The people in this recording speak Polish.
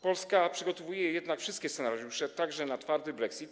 Polska przygotowuje się jednak na wszystkie scenariusze, także na twardy brexit.